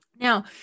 Now